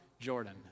jordan